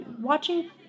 watching